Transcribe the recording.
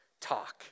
talk